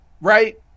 right